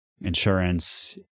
insurance